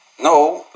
No